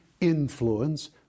influence